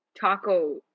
taco